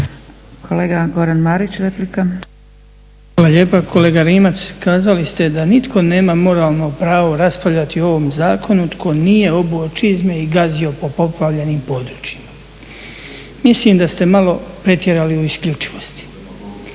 Hvala lijepa. Kolega Rimac, kazali ste da nitko nema moralno pravo raspravljati o ovom zakonu tko nije obuo čizme i gazio po poplavljenim područjima. Mislim da ste malo pretjerali u isključivosti.